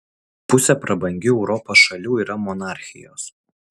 pusė prabangių europos šalių yra monarchijos